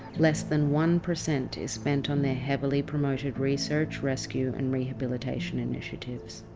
less than one percent is spent on their heavily promoted research, rescue and rehabilitation initiatives.